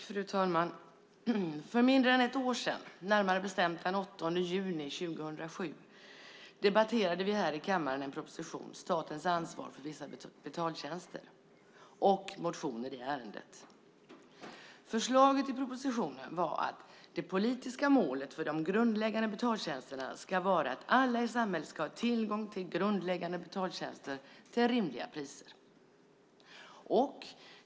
Fru talman! För mindre än ett år sedan, närmare bestämt den 8 juni 2007, debatterade vi här i kammaren en proposition, Statens ansvar för vissa betaltjänster , och motioner i ärendet. Förslaget i propositionen var att det politiska målet för de grundläggande betaltjänsterna ska vara att alla i samhället ska ha tillgång till grundläggande betaltjänster till rimliga priser.